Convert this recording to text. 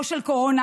לא של קורונה,